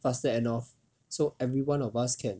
faster end off so everyone of us can